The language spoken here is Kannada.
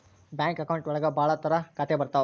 ಬ್ಯಾಂಕ್ ಅಕೌಂಟ್ ಒಳಗ ಭಾಳ ತರ ಖಾತೆ ಬರ್ತಾವ್